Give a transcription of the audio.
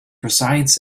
resides